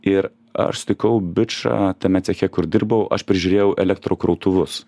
ir aš sutikau bičą tame ceche kur dirbau aš prižiūrėjau elektrokrautuvus